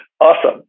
Awesome